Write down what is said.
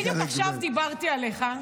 בדיוק עכשיו דיברתי עליך,